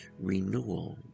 renewal